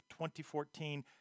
2014